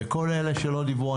וכל אלא שלא דיברו,